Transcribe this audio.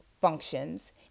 functions